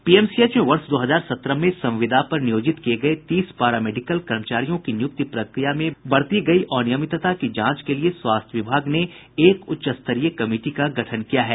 PMCH में वर्ष दो हजार सत्रह में संविदा पर नियोजित किये गये तीस पारा मेडिकल कर्मचारियों की नियुक्ति प्रक्रिया में बरती गयी अनियमितता की जांच के लिए स्वास्थ्य विभाग ने एक उच्च स्तरीय कमिटी का गठन किया है